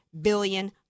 billion